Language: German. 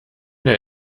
der